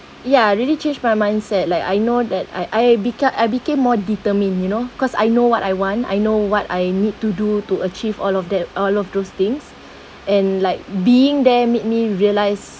ya really changed my mindset like I know that I I've become I became more determined you know cause I know what I want I know what I need to do to achieve all of that all of those things and like being there made me realise